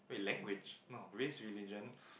wait language no race religion